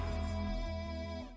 and